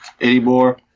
anymore